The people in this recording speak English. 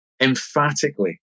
emphatically